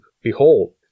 behold